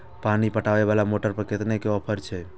पानी पटवेवाला मोटर पर केतना के ऑफर छे?